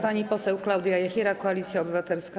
Pani poseł Klaudia Jachira, Koalicja Obywatelska.